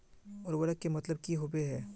उर्वरक के मतलब की होबे है?